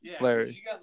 Larry